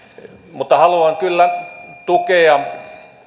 mutta haluan kyllä tukea